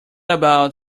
about